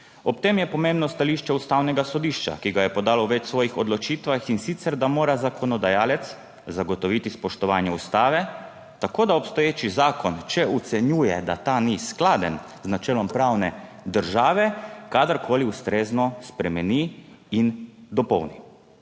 Ob tem je pomembno stališče Ustavnega sodišča, ki ga je podalo v več svojih odločitvah, in sicer, da mora zakonodajalec zagotoviti spoštovanje ustave tako, da obstoječi zakon, če ocenjuje, da ta ni skladen z načelom pravne države, kadarkoli ustrezno spremeni in dopolni.